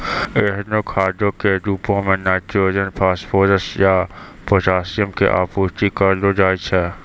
एहनो खादो के रुपो मे नाइट्रोजन, फास्फोरस या पोटाशियम के आपूर्ति करलो जाय छै